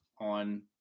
on